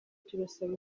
turasaba